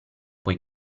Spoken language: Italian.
poi